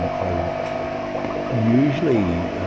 um are usually,